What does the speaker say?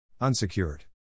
Unsecured